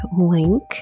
link